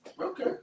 okay